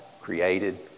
created